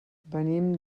venim